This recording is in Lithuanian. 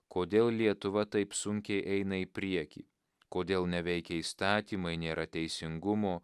kodėl lietuva taip sunkiai eina į priekį kodėl neveikia įstatymai nėra teisingumo